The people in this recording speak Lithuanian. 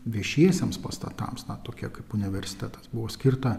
viešiesiems pastatams na tokia kaip universitetas buvo skirta